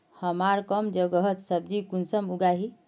हमार कम जगहत सब्जी कुंसम उगाही?